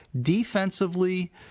defensively